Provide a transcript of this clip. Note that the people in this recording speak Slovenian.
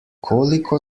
koliko